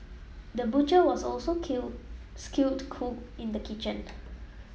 the butcher was also kill skilled cook in the kitchen